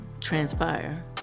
transpire